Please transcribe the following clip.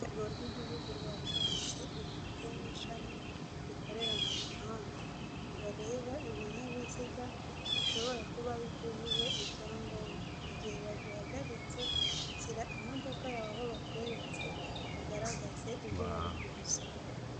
Urwego rw'igihugu rwa polisi rufite n'ishami rikorera mu muhanda, bareba ibinyabiziga bishobora kuba bitujuje ibyangombwa, igihe baguhagaritse shyira imodoka yawe aho bakweretse, ugaragaze ibyo bari kugusaba.